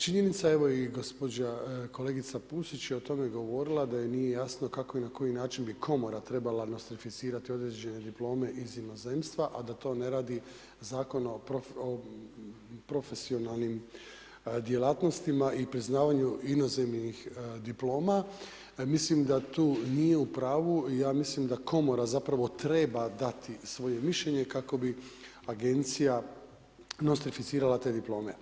Činjenica evo i gospođa kolegica Pusić je o tome govorila da joj nije jasno kako i na koji način bi komora trebala nostrificirati određene diplome iz inozemstva, a da to ne radi Zakon o profesionalnim djelatnostima i priznavanju inozemnih diploma, mislim da tu nije u pravu i mislim da komora zapravo treba dati svoje mišljenje kako bi agencija nostrificirala te diplome.